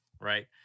Right